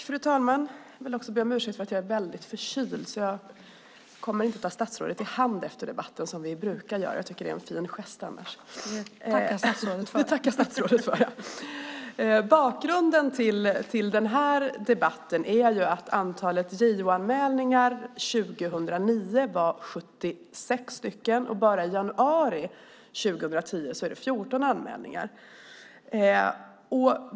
Fru talman! Jag vill be om ursäkt för att jag är väldigt förkyld så jag kommer inte att ta statsrådet i hand efter debatten, som vi brukar göra. Jag tycker att det är en fin gest annars. Bakgrunden till den här debatten är att antalet JO-anmälningar 2009 var 76 stycken och bara i januari 2010 är det 14 anmälningar.